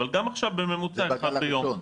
אבל עכשיו בממוצע אחד ביום.